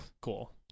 cool